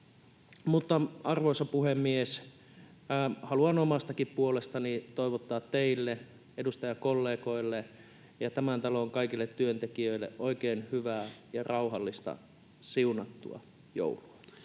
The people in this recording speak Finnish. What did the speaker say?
Arvoisa puhemies! Haluan omastakin puolestani toivottaa teille, edustajakollegoille ja tämän talon kaikille työntekijöille oikein hyvää ja rauhallista, siunattua joulua.